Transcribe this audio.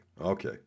Okay